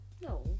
No